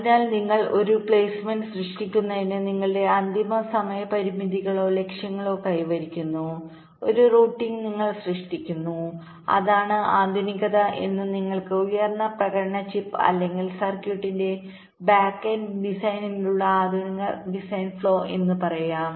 അതിനാൽ നിങ്ങൾ ഒരു പ്ലെയ്സ്മെന്റ് സൃഷ്ടിക്കുന്നതിന് നിങ്ങളുടെ അന്തിമ സമയ പരിമിതികളോ ലക്ഷ്യങ്ങളോ കൈവരിക്കുന്ന ഒരു റൂട്ടിംഗ് നിങ്ങൾ സൃഷ്ടിക്കുന്നു അതാണ് ആധുനികത എന്ന് നിങ്ങൾക്ക് ഉയർന്ന പ്രകടന ചിപ്പ് അല്ലെങ്കിൽ സർക്യൂട്ടിന്റെ ബാക്ക് എൻഡ് ഡിസൈനിനുള്ള ആധുനിക ഡിസൈൻ ഫ്ലോഎന്ന് പറയാം